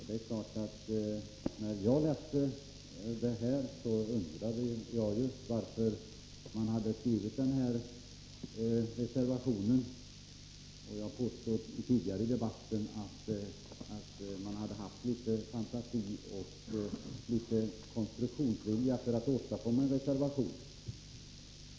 När jag läste det undrade jag varför man från borgerligt håll skrivit den här reservationen. Jag påstod tidigare i debatten att man måste ha haft fantasi och konstruktionsvilja för att åstadkomma en reservation.